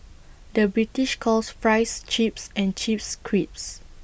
the British calls Fries Chips and Chips Crisps